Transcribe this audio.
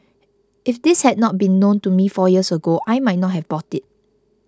if this had not been made known to me four years ago I might not have bought it